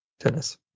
tennis